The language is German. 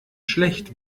schlecht